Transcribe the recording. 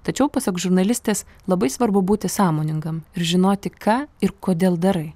tačiau pasak žurnalistės labai svarbu būti sąmoningam ir žinoti ką ir kodėl darai